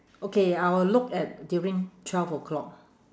okay I will look at during twelve o'clock